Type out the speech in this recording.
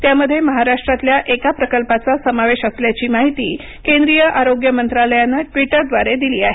त्यामध्ये महाराष्ट्रातल्या एका प्रकल्पाचा समावेश असल्याची माहिती केंद्रीय आरोग्य मंत्रालयानं ट्विटरद्वारे दिली आहे